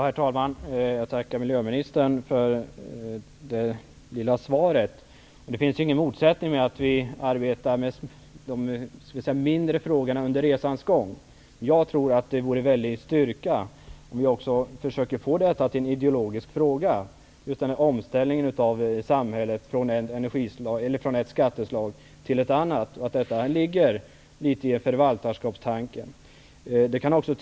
Herr talman! Jag tackar miljöministern för det lilla svaret. Det finns ingen motsättning i att vi arbetar med de mindre frågorna under resans gång så att säga. Men jag tror att det vore en väldig styrka om vi kunde försöka göra frågan om omställningen av samhället -- omställningen från ett skatteslag till ett annat -- till en ideologisk fråga. I förvaltarskapstanken ligger litet av detta.